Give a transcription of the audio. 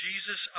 Jesus